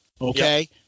okay